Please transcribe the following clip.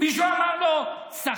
מישהו אמר לו "סחטן"?